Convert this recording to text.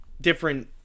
different